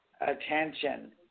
attention